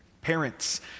Parents